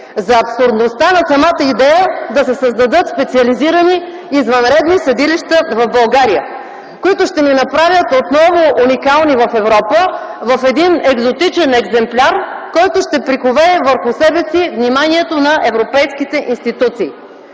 за абсурдността на самата идея да се създадат специализирани извънредни съдилища в България, които ще ни направят отново уникални в Европа в един екзотичен екземпляр, който ще прикове върху себе си вниманието на европейските институции.